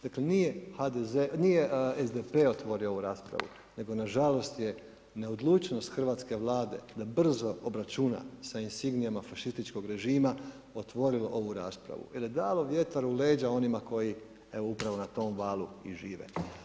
Dakle, nije HDZ, nije SDP otvorio ovu raspravu, nego na žalost je, neodlučnost Hrvatske Vlade da brzo obračuna sa insignijama fašističkog režima, otvori ovu raspravu jer je dala vjetar u leđa onima koji, evo upravo na tom valu i žive.